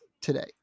today